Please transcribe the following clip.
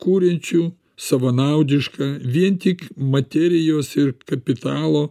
kuriančių savanaudišką vien tik materijos ir kapitalo